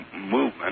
movement